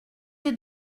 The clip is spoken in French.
est